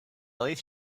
least